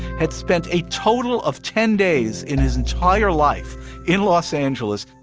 had spent a total of ten days in his entire life in los angeles.